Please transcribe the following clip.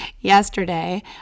yesterday